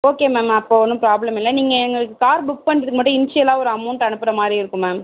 okay ma'am அப்போது ஒன்றும் problem இல்லை நீங்கள் எங்களுக்கு கார் புக் பண்ணுறதுக்கு மட்டும் இன்ஷியலாக ஒரு அமௌன்ட் அனுப்புகிற மாதிரி இருக்கும் மேம்